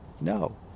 no